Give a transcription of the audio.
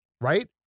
right